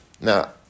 Now